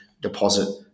deposit